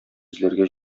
эзләргә